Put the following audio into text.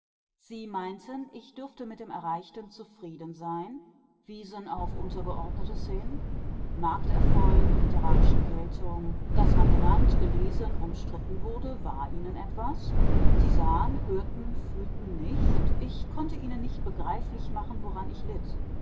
sie meinten ich dürfte mit dem erreichten zufrieden sein wiesen auf untergeordnetes hin markterfolg literarische geltung daß man genannt gelesen umstritten wurde war ihnen etwas sie sahen hörten fühlten nicht ich konnte ihnen nicht begreiflich machen woran ich litt